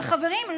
אבל חברים,